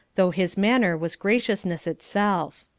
though his manner was graciousness itself.